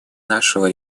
нашего